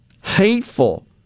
hateful